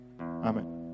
Amen